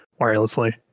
wirelessly